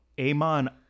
Amon